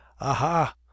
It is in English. aha